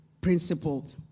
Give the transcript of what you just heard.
principled